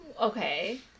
Okay